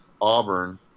Auburn